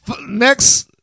Next